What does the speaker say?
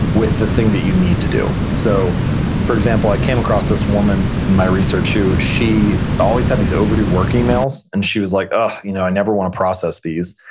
with the thing that you need to do. so for example, i came across this woman in my research, who she always had these overdue work emails, and she was like, ah you know i never want to process these.